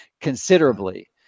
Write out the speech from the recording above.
considerably